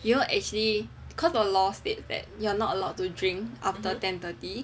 you know actually because the law states that you're not allowed to drink after ten thirty